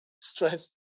stress